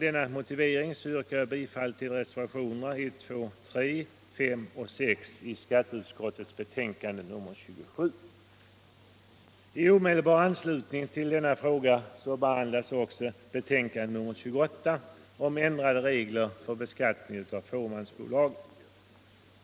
örnar bro RS Rör Herr talman! Med denna motivering yrkar jag bifall till reservationerna — Avveckling av s.k. bolagen.